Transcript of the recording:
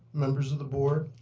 members of the board,